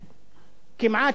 כמעט שאין חלוקת